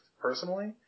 personally